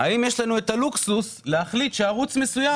האם יש לנו את הלוקסוס להחליט שערוץ מסוים,